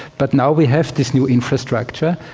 but now we have this new infrastructure,